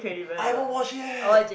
I haven't watch yet